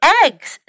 eggs